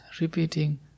repeating